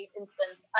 instance